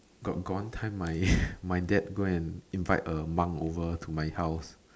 got got one time my my dad go and invite a monk over to my house